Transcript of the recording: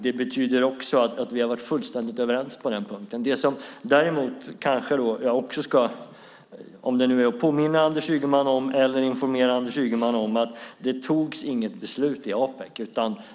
Det betyder också att vi har varit fullständigt överens på den punkten. Det som jag däremot ska påminna eller informera Anders Ygeman om är att det inte fattades något beslut i Apec.